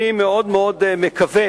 אני מאוד מקווה